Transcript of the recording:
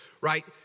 right